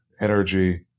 energy